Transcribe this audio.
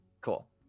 cool